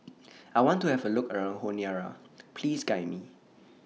I want to Have A Look around Honiara Please Guide Me